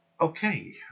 okay